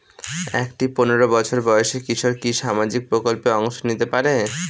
একটি পোনেরো বছর বয়সি কিশোরী কি কি সামাজিক প্রকল্পে অংশ নিতে পারে?